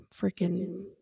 Freaking